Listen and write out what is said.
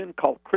called